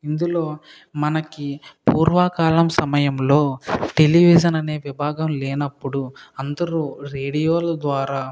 ఇందులో మనకి పూర్వకాలం సమయంలో టెలివిజన్ అనే విభాగం లేనప్పుడు అందరూ రేడియోల ద్వారా అక్కడ